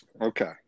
Okay